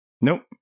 Nope